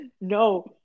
No